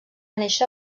néixer